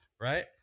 right